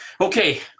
Okay